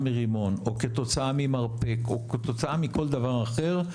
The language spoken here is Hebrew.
מרימון או כתוצאה ממרפק או כתוצאה מכל דבר אחר,